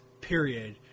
period